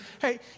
hey